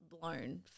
blown